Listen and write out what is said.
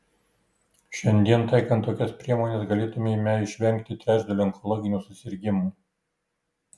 šiandien taikant tokias priemones galėtumėme išvengti trečdalio onkologinių susirgimų